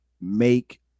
make